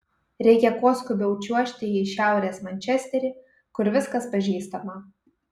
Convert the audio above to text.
reikia kuo skubiau čiuožti į šiaurės mančesterį kur viskas pažįstama